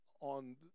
on